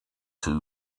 too